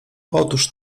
otóż